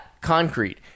concrete